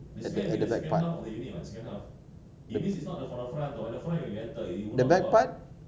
okay but within the flat the the facade [what] because they going to pour right